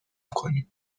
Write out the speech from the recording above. کنیم